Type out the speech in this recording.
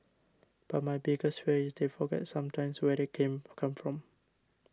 but my biggest fear is they forget sometimes where they came come from